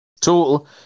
Total